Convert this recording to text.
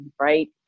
right